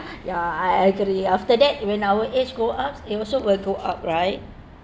ya I I agree after that when our age go ups it also will go up right